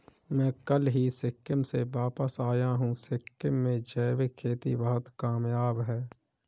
मैं कल ही सिक्किम से वापस आया हूं सिक्किम में जैविक खेती बहुत कामयाब है